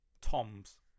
Toms